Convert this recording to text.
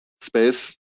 space